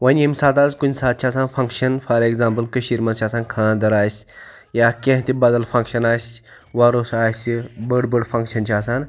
وۄنۍ ییٚمہِ ساتہٕ حظ کُنہِ ساتہٕ چھِ آسان فنٛکشَن فار ایٚگزامپٕل کٔشیٖر منٛز چھِ آسان خانٛدَر آسہِ یا کیٚنٛہہ تہِ بَدَل فَنٛکشَن آسہِ وَرُس آسہِ بٔڑ بٔڑ فَنٛکشَن چھِ آسان